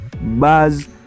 Buzz